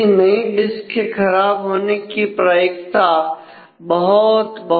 किसी नई डिस्क के खराब होने की प्रायिकता बहुत बहुत कम है